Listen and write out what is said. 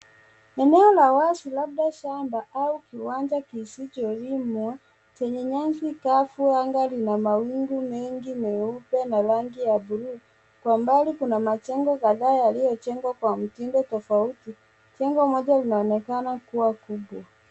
Eneo la wazi labda shamba au kiwanja kisicholimwa chenye nyasi kavu . Anga lina mawingu mengi meupe na rangi ya bluu. Kwa mbali kuna majengo kadhaa yaliyojengwa kwa mtindo tofauti. Jengo moja linaonekana kuwa jipya.